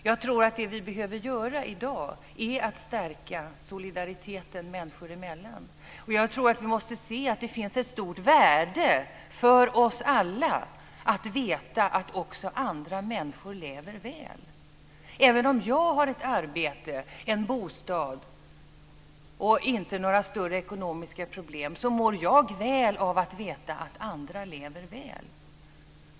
Jag tror att vad vi i dag behöver göra är att stärka solidariteten människor emellan, och jag tror att vi måste se att det finns ett stort värde för oss alla i att veta att också andra människor lever väl. Även om jag har ett arbete och en bostad och inte har några större ekonomiska problem mår jag väl av att veta att andra lever väl.